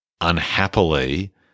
unhappily